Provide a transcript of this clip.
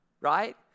right